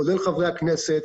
כולל חברי הכנסת,